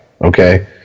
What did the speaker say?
Okay